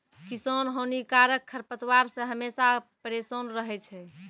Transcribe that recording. किसान हानिकारक खरपतवार से हमेशा परेसान रहै छै